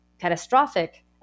catastrophic